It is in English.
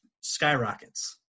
skyrockets